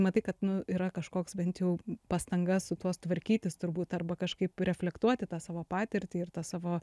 matai kad nu yra kažkoks bent jau pastanga su tuo tvarkytis turbūt arba kažkaip reflektuoti tą savo patirtį ir tą savo